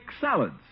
salads